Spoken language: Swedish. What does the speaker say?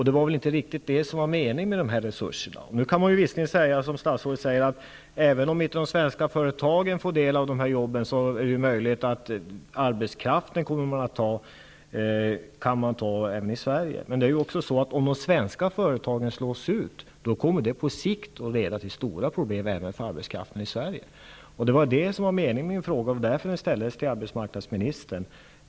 Det var väl inte riktigt det som var meningen med de resurser som nu skall satsas. Man kan visserligen, som statsrådet gör, säga att även om inte de svenska företagen får del av dessa arbetstillfällen, är det möjligt att arbetskraften i Sverige utnyttjas. Men om de svenska företagen slås ut, kommer detta på sikt att leda till stora problem, även för arbetskraften i Sverige. Det var därför som jag ställde min fråga till arbetsmarknadsministern.